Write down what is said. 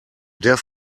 der